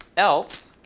else